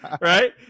right